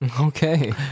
okay